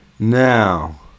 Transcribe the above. Now